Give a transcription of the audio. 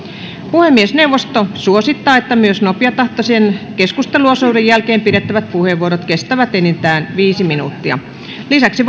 puhemiesneuvosto suosittaa että myös nopeatahtisen keskusteluosuuden jälkeen pidettävät puheenvuorot kestävät enintään viisi minuuttia lisäksi